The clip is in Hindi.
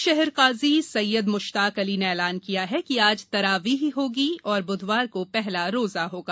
भोपाल शहर क़ाज़ी सय्यद म्श्ताक अली ने ऐलान किया कि आज तरावीह होगी और बुधवार को पहला रोज़ा होगा